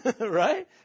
right